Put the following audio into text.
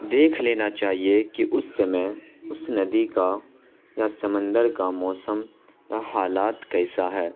دیکھ لینا چاہیے کہ اس سمے اس ندی کا یا سمندر کا موسم یا حالات کیسا ہے